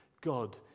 God